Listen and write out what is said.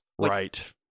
Right